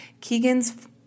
Keegan's